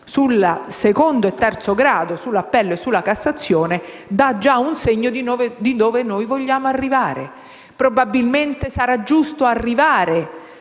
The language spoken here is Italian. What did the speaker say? sul secondo e sul terzo grado, cioè sull'appello e ricorso per Cassazione - dà già un segno di dove noi vogliamo arrivare. Probabilmente sarà giusto arrivare,